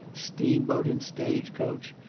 steam-boat, and stage-coach,